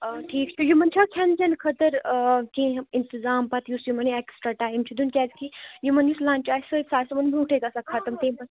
اۭں ٹھیٖک چھُ تہٕ یِمن چھا کھٮ۪ن چٮ۪ن خٲطرٕ کیٚنٛہہ انتظام پتہٕ یُس یِمن یہِ ایکٕسٹرٛا ٹایِم چھُ دیُن کیازِکہِ یِمن یُس لَنٛچ آسہِ سۭتۍ سُہ آسہِ یِمن برٛونٛٹھٕے گَژھان ختم تمہِ پَتہٕ